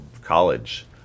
college